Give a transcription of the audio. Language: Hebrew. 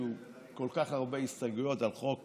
שהגישו כל כך הרבה הסתייגויות על חוק